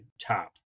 top